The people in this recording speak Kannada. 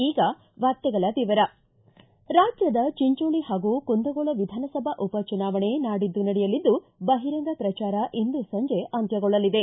ಈಗ ವಾರ್ತೆಗಳ ವಿವರ ರಾಜ್ಜದ ಚಿಂಚೋಳಿ ಹಾಗೂ ಕುಂದಗೋಳ ವಿಧಾನಸಭಾ ಉಪಚುನಾವಣೆ ನಾಡಿದ್ದು ನಡೆಯಲಿದ್ದು ಬಹಿರಂಗ ಪ್ರಜಾರ ಇಂದು ಸಂಜೆ ಅಂತ್ಯಗೊಳ್ಳಲಿದೆ